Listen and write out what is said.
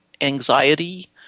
anxiety